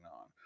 on